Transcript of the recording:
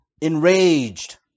enraged